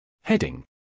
Heading